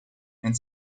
and